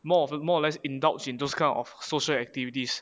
more of more or less indulged in those kind of social activities